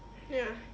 ya